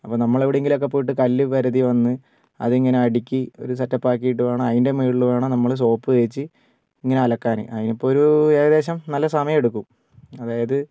അപ്പോൾ നമ്മൾ എവിടെയെങ്കിലും ഒക്കെ പോയിട്ട് കല്ല് പരതി വന്ന് അത് ഇങ്ങനെ അടുക്കി ഒരു സെറ്റപ്പാക്കിട്ടു വേണം അതിൻ്റെ മുകളിൽ വേണം നമ്മൾ സോപ്പ് തേച്ച് ഇങ്ങനെ അലക്കാൻ അതിനിപ്പോൾ ഒരു ഏകദേശം നല്ല സമയം എടുക്കും അതായത്